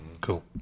Cool